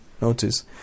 notice